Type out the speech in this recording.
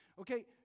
okay